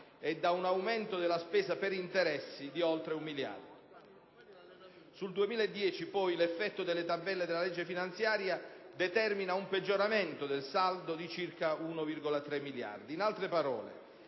e di un aumento della spesa per interessi di oltre un miliardo. Sul 2010, poi, l'effetto delle tabelle della legge finanziaria determina un peggioramento del saldo di circa 1,3 miliardi. In altre parole,